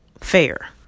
Fair